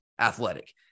athletic